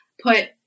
put